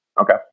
okay